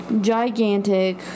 gigantic